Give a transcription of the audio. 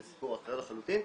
זה סיפור אחר לחלוטין.